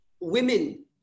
women